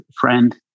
friend